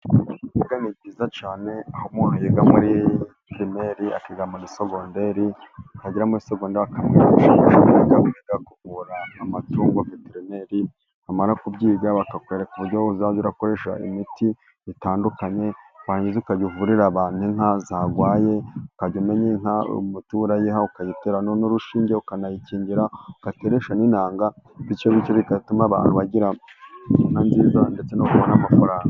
Kwiga ni byiza cyane aho umuntu yiga muri pirimeri akiga muri sogonderi, yagera muri segonderi bakamwigisha amashuri yo kwiga kugaburira amatungo veterineri, wamara kubyiga bakakwereka uburyo uzajya ukoresha imiti itandukanye, warangiza ukajya uvurira abantu inka zarwaye ukajya umenya Inka y'umuturanyi, ukayitera n'urushinge ukanayikingira cyangwa ugateresha n'intanga, bityo bityo bigatuma abantu bagira inka nziza ndetse no kubona amafaranga.